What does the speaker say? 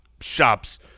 shops